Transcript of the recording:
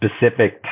specific